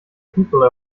people